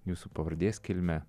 jūsų pavardės kilmę